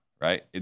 right